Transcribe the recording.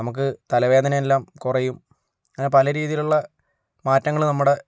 നമുക്ക് തലവേദനയെല്ലാം കുറയും അങ്ങന പല രീതിയിലുള്ള മാറ്റങ്ങള് നമ്മുടെ